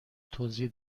توضیح